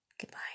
Goodbye